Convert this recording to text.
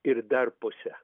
ir dar puse